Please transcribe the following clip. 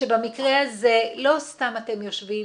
שבמקרה הזה לא סתם אתן יושבות